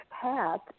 path